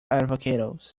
avocados